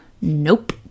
nope